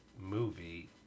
movie